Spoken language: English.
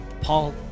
Paul